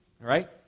right